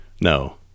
no